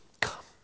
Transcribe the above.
come